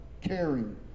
caring